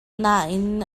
nain